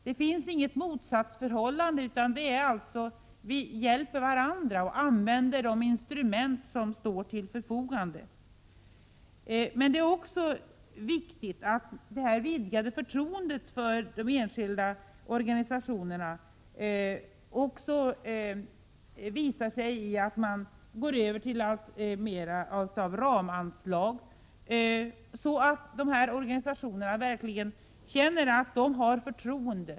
Det finns inget motsatsförhållande, vi hjälper varandra och använder de instrument som står till förfogande. Men det är viktigt att detta vidgade förtroende för enskilda organisationer också visar sig i att vi alltmer övergår till ramanslag, så att dessa organisationer verkligen känner att de har vårt förtroende.